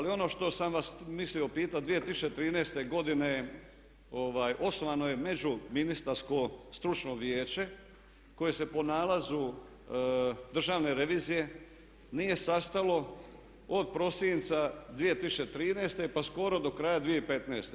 Ali ono što sam vas mislio pitati 2013. godine osnovano je Međuministarsko stručno vijeće koje se po nalazu Državne revizije nije sastalo od prosinca 2013. pa skoro do kraja 2015.